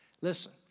Listen